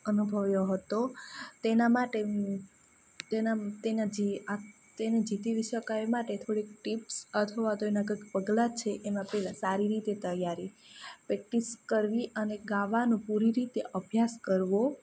અનુભવ્યો હતો તેના માટે હું તેના તેના જે તેની જીતી બી શકાય એ માટે થોડીક ટિપ્સ અથવા તો એના કઈ પગલાં છે એમાં પહેલા સારી રીતે તૈયારી પ્રેક્ટિસ કરવી અને ગાવાનો પૂરી રીતે અભ્યાસ કરવો